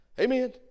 Amen